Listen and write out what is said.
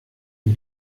mir